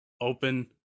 open